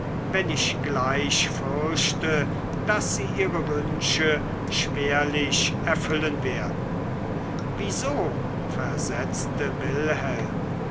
wenn ich gleich fürchte daß sie ihre wünsche schwerlich erfüllen werden wieso versetzte wilhelm